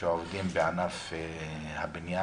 שעובדים בענף הבניין